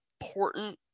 important